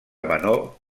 menor